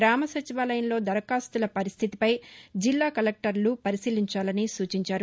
గ్రామ సచివాలయంలో దరఖాస్తుల పరిస్థితిపై కలెక్టర్లు పరిశీలించాలని సూచించారు